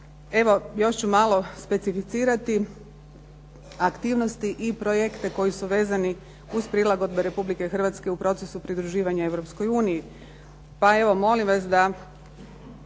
Evo još ću malo specificirati aktivnosti i projekte koji su vezani uz prilagodbe Republike Hrvatske u procesu pridruživanja Europskoj uniji, pa evo molim vas da